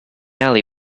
alley